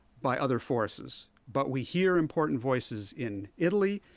by other forces. but we hear important voices in italy,